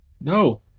no